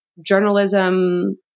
journalism